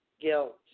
Guilt